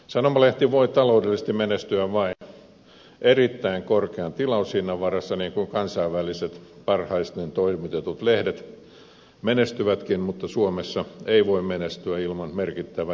sanomalehti voi taloudellisesti menestyä vain erittäin korkean tilaushinnan varassa niin kuin kansainväliset parhaiten toimitetut lehdet menestyvätkin mutta suomessa ei voi menestyä ilman merkittävää ilmoitustulojen osuutta